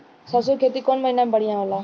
सरसों के खेती कौन महीना में बढ़िया होला?